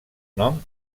nom